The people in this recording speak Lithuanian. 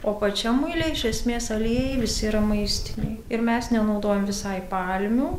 o pačiam muile iš esmės aliejai visi yra maistiniai ir mes nenaudojam visai palmių